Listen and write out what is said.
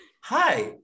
Hi